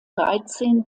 dreizehn